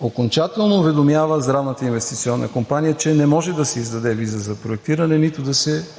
окончателно уведомява Здравната инвестиционна компания, че не може да се издаде виза за проектиране, нито да се